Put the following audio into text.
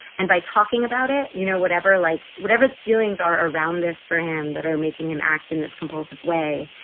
and by talking about it, you know, whatever like whatever the feelings are around this for him that are making him act in this compulsive way.